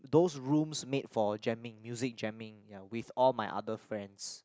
those rooms made for jamming music jamming ya with all my other friends